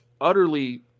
utterly